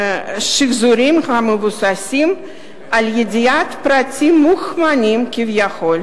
שחזורים המבוססים על ידיעת פרטים מוכמנים כביכול.